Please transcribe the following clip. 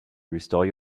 restore